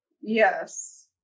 Yes